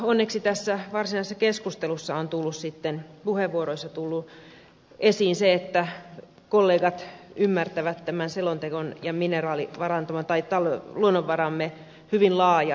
onneksi näissä varsinaisissa puheenvuoroissa on tullut esiin se että kollegat ymmärtävät tämän selonteon ja luonnonvaramme hyvin laajasti